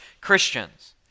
Christians